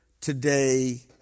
today